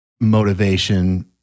motivation